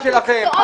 תעסקו בעניין שלכם.